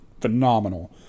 phenomenal